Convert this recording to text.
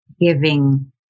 giving